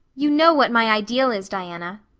you know what my ideal is, diana.